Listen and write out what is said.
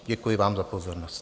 Děkuji vám za pozornost.